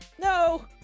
No